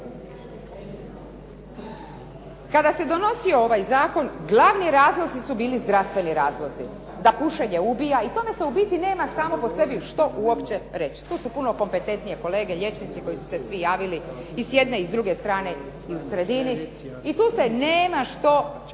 Kada se donosio ovaj zakon glavni razlozi su bili zdravstveni razlozi, da pušenje ubija i tome se u biti nema samo po sebi što uopće reći. Tu su puno kompetentnije kolege liječnici koji su se svi javili i s jedne i s druge strane i u sredini i tu se nema što